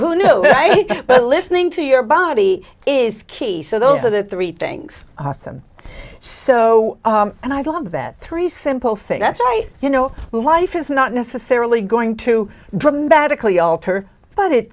who knows but listening to your body is key so those are the three things awesome so and i love that three simple thing that's right you know life is not necessarily going to dramatically alter but it